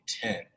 Ten